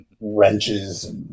Wrenches